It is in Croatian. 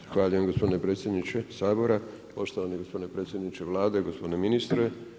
Zahvaljujem gospodine predsjedniče Sabora, poštovani gospodine predsjedniče Vlade, gospodine ministre.